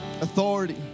authority